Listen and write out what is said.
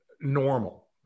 normal